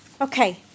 Okay